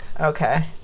Okay